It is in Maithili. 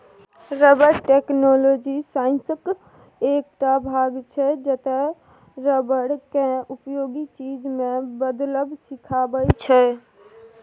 रबर टैक्नोलॉजी साइंसक एकटा भाग छै जतय रबर केँ उपयोगी चीज मे बदलब सीखाबै छै